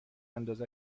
انداز